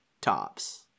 tops